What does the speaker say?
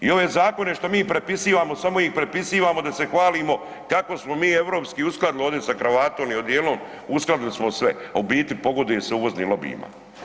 I ove zakone što mi prepisivamo samo ih prepisivamo da se hvalimo kako smo mi europski uskladili ovdje sa kravatom i odjelom uskladili smo sve, a u biti pogoduje se uvoznim lobijima.